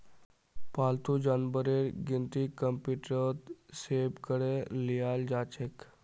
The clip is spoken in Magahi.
पालतू जानवरेर गिनती कंप्यूटरत सेभ करे लियाल जाछेक